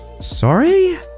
Sorry